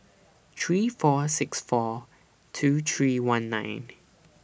three four six four two three one nine